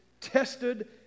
tested